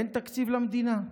אין תקציב למדינה.